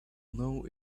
know